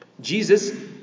Jesus